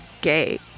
gay